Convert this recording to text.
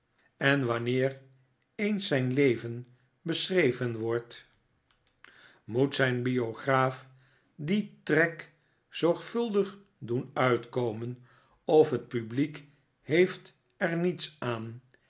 een bloedverwant biograaf dien trek zorgvuldig doen uitkomen of het publiek heeft er niets aan